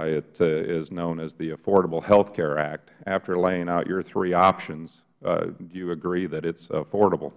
it is known as the affordable health care act after laying out your three options do you agree that it is affordable